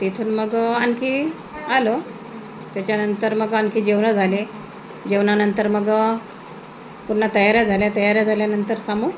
तिथून मग आणखी आलो त्याच्यानंतर मग आणखी जेवणं झाले जेवणानंतर मग पुन्हा तयाऱ्या झाल्या तयाऱ्या झाल्यानंतर समोर